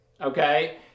okay